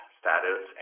status